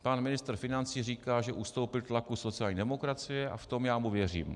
Pan ministr financí říká, že ustoupil tlaku sociální demokracie, a v tom já mu věřím.